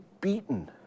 beaten